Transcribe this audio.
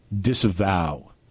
disavow